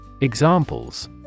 Examples